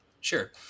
Sure